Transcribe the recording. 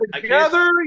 Together